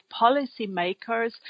policymakers